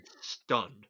stunned